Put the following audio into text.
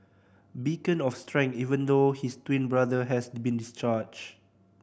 beacon of strength even though his twin brother has been discharged